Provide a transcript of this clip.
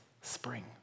spring